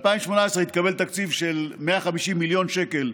ב-2018 התקבל תקציב של 150 מיליון שקל,